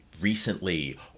recently